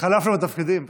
התחלפנו בתפקידים פשוט.